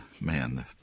man